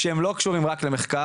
שהם לא קשורים רק למחקר.